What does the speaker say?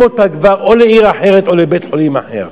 אותה כבר או לעיר אחרת או לבית-חולים אחר.